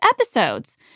episodes